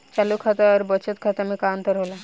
चालू खाता अउर बचत खाता मे का अंतर होला?